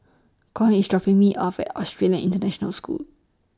Coy IS dropping Me off At Australian International School